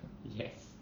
yes